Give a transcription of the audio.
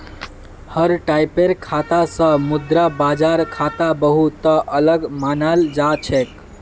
हर टाइपेर खाता स मुद्रा बाजार खाता बहु त अलग मानाल जा छेक